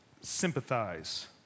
sympathize